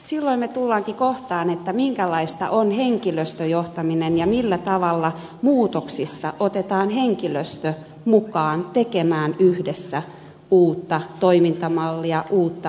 silloin tulemmekin kohtaan minkälaista on henkilöstöjohtaminen ja millä tavalla muutoksissa otetaan henkilöstö mukaan tekemään yhdessä uutta toimintamallia uutta organisaatiota